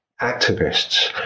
activists